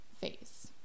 face